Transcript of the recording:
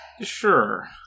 Sure